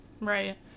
right